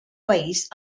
país